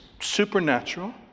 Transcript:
supernatural